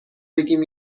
بگیم